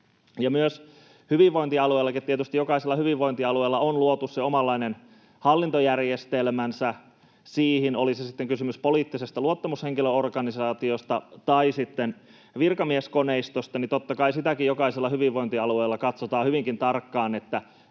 Ja hyvinvointialueillakin tietysti myös, jokaisella hyvinvointialueella, on luotu se omanlainen hallintojärjestelmänsä siihen, oli sitten kysymys poliittisesta luottamushenkilöorganisaatiosta tai sitten virkamieskoneistosta, eli totta kai sitäkin jokaisella hyvinvointialueella katsotaan hyvinkin tarkkaan, että